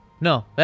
no